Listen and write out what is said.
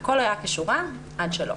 הכול היה כשורה, עד שלא.